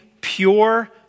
pure